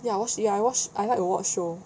ya watch I watched I like to watch show